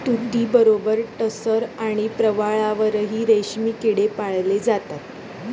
तुतीबरोबरच टसर आणि प्रवाळावरही रेशमी किडे पाळले जातात